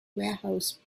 warehouse